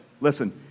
Listen